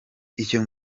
icyo